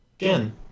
Again